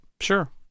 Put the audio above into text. Sure